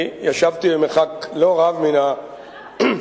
אני ישבתי במרחק לא רב, לא,